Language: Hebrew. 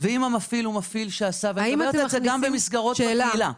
אני מדברת גם על מסגרות בקהילה.